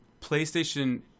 playstation